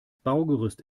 baugerüst